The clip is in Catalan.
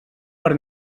per